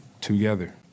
together